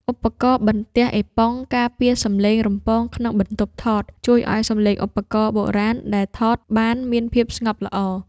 ឧបករណ៍បន្ទះអេប៉ុងការពារសំឡេងរំពងក្នុងបន្ទប់ថត ជួយឱ្យសំឡេងឧបករណ៍បុរាណដែលថតបានមានភាពស្ងប់ល្អ។